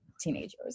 teenagers